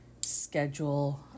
schedule